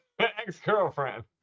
ex-girlfriend